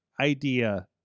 idea